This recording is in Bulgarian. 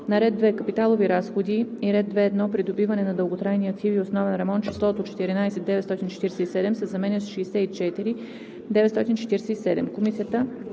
На ред 2. Капиталови разходи и ред 2.1. Придобиване на дълготрайни активи и основен ремонт числото „14 947,0“ се заменя с „64